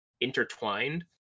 intertwined